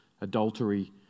adultery